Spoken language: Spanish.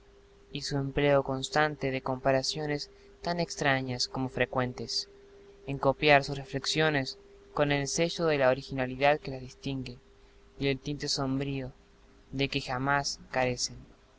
y su empleo constante de comparaciones tan extrañas como frecuentes en copiar sus reflexiones con el sello de la originalidad que las distingue y el tinte sombrío de que jamás carecen